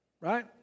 right